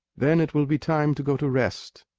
then, it will be time to go to rest.